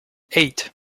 eight